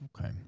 Okay